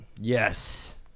Yes